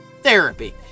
therapy